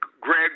Greg